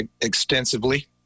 extensively